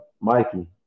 Mikey